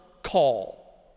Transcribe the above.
call